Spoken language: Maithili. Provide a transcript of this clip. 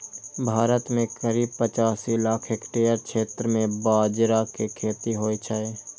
भारत मे करीब पचासी लाख हेक्टेयर क्षेत्र मे बाजरा के खेती होइ छै